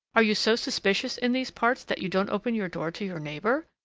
are you so suspicious in these parts that you don't open your door to your neighbor?